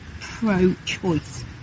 pro-choice